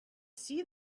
see